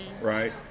Right